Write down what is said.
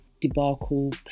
debacle